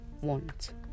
want